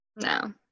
No